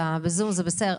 בזום זה בסדר.